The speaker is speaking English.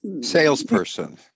salesperson